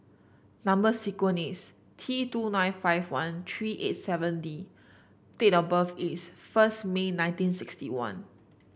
number sequence is T two nine five one three eight seven D date of birth is first May nineteen sixty one